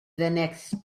next